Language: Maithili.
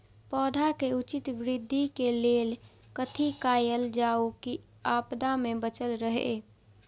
पौधा के उचित वृद्धि के लेल कथि कायल जाओ की आपदा में बचल रहे?